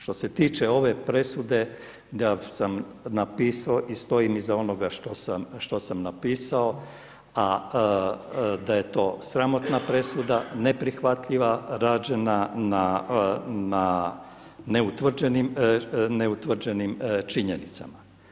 Što se tiče ove presude ja sam napisao i stojim iza onoga što sam napisao, a da je to sramotna presuda, neprihvatljiva, rađena na neutvrđenim činjenicama.